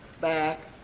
Back